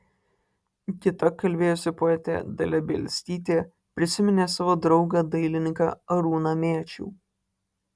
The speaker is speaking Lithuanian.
kita kalbėjusi poetė dalia bielskytė prisiminė savo draugą dailininką arūną mėčių